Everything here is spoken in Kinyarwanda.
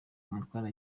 umutware